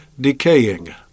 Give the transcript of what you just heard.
decaying